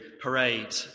parade